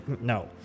no